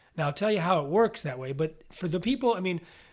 now, i'll tell you how it works that way, but for the people. i mean,